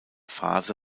phase